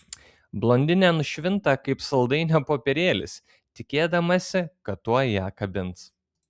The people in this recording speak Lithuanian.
blondinė nušvinta kaip saldainio popierėlis tikėdamasi kad tuoj ją kabins